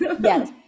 Yes